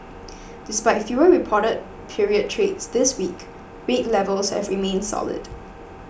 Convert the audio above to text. despite fewer reported period trades this week rate levels have remained solid